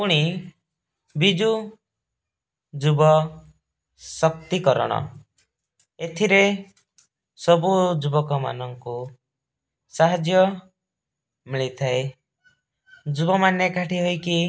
ପୁଣି ବିଜୁ ଯୁବ ଶକ୍ତିକରଣ ଏଥିରେ ସବୁ ଯୁବକମାନଙ୍କୁ ସାହାଯ୍ୟ ମିଳିଥାଏ ଯୁବକ ମାନେ ଏକାଠି ହେଇକି